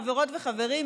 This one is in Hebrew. חברות וחברים,